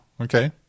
Okay